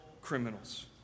criminals